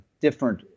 different—